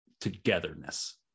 togetherness